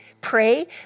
pray